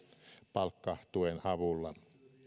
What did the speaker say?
palkkatuen avulla